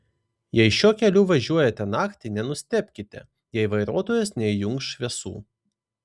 jei šiuo keliu važiuojate naktį nenustebkite jei vairuotojas neįjungs šviesų